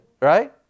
Right